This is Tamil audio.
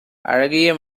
அழகிய